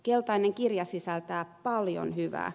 keltainen kirja sisältää paljon hyvää